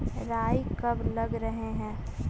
राई कब लग रहे है?